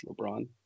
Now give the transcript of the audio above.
LeBron